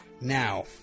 Now